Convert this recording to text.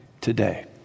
today